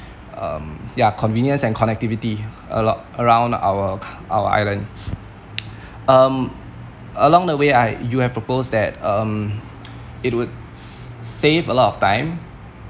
um ya convenience and connectivity alo~ around our our island um along the way I you have proposed that um it would s~ save a lot of time